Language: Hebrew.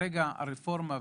וכרגע הרפורמה,